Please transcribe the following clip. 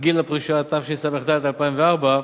גיל פרישה, התשס"ד 2004,